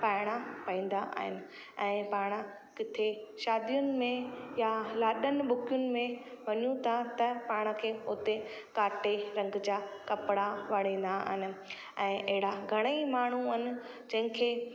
पाइणा पईंदा आहिनि ऐं पाणि किथे शादियुनि में या लाॾनि ॿुकियुनि में वञूं था त पाण खे उते घाटे रंग जा कपिड़ा वणंदा आहिनि ऐं अहिड़ा घणेई माण्हू आहिनि जिनि खे